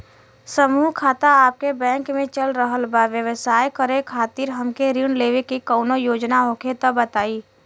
समूह खाता आपके बैंक मे चल रहल बा ब्यवसाय करे खातिर हमे ऋण लेवे के कौनो योजना होखे त बताई?